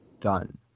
done